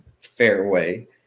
fairway